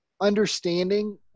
understanding